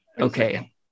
Okay